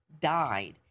died